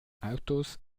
autos